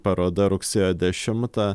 paroda rugsėjo dešimtą